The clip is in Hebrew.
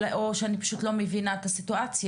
או שאני פשוט לא מבינה את הסיטואציה.